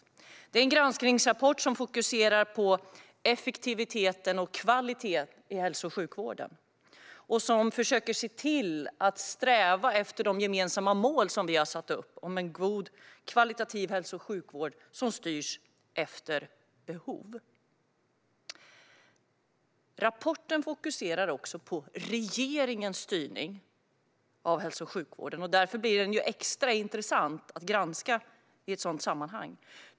Detta är en granskningsrapport som fokuserar på effektivitet och kvalitet i hälso och sjukvården och som försöker se till att vi strävar efter de gemensamma mål vi har satt upp om en god och kvalitativ hälso och sjukvård som styrs efter behov. Rapporten fokuserar också på regeringens styrning av hälso och sjukvården, och den blir därför extra intressant att granska i ett sådant sammanhang.